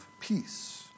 peace